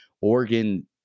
Oregon